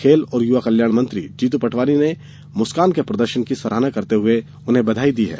खेल और युवा कल्याण मंत्री जीतू पटवारी ने मुस्कान के प्रदर्शन की सराहना करते हुए उन्हें बधाई दी है